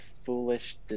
foolish